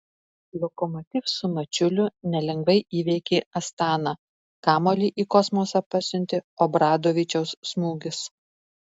lokomotiv su mačiuliu nelengvai įveikė astaną kamuolį į kosmosą pasiuntė obradovičiaus smūgis